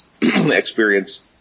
experience